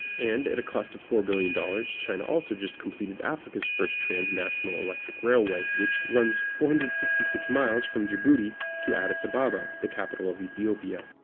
and, at a cost of four billion dollars, china also just completed africa's first transnational electric railway, which runs four hundred and sixty six miles from djibouti to addis ababa, the capital of ethiopia.